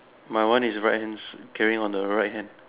my one is right hand carrying on the right hand